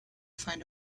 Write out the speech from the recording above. find